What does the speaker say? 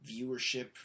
viewership